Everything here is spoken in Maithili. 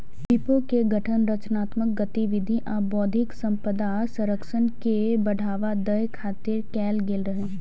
विपो के गठन रचनात्मक गतिविधि आ बौद्धिक संपदा संरक्षण के बढ़ावा दै खातिर कैल गेल रहै